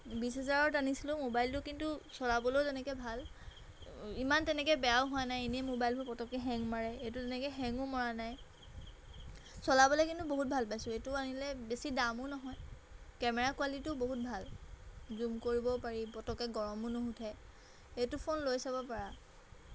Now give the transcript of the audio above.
বিছ হাজাৰত আনিছিলোঁ মোবাইলটো কিন্তু চলাবলৈয়ো তেনেকৈ ভাল ইমান তেনেকৈ বেয়াও হোৱা নাই এনেই মোবাইলবোৰ পটককৈ হেং মাৰে এইটো তেনেকৈ হেঙো মাৰা নাই চলাবলৈ কিন্তু বহুত ভাল পাইছোঁ এইটো আনিলে বেছি দামো নহয় কেমেৰা কুৱালিটিও বহুত ভাল জুম কৰিবও পাৰি পটককৈ গৰমো নুঠে এইটো ফোন লৈ চাব পাৰা